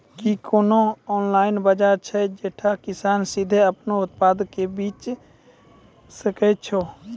कि कोनो ऑनलाइन बजार छै जैठां किसान सीधे अपनो उत्पादो के बेची सकै छै?